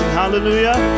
hallelujah